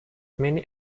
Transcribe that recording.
many